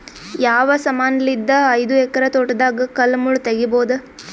ಯಾವ ಸಮಾನಲಿದ್ದ ಐದು ಎಕರ ತೋಟದಾಗ ಕಲ್ ಮುಳ್ ತಗಿಬೊದ?